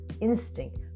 instinct